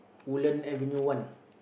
Woodland avenue one